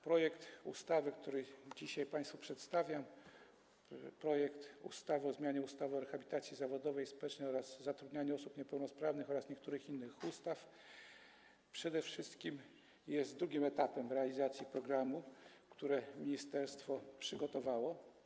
Projekt ustawy, który dzisiaj państwu przedstawiam, o zmianie ustawy o rehabilitacji zawodowej i społecznej oraz zatrudnianiu osób niepełnosprawnych oraz niektórych innych ustaw przede wszystkim jest drugim etapem realizacji programu, który ministerstwo przygotowało.